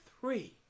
three